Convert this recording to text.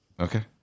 Okay